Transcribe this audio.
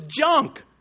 junk